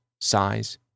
size